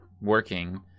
...working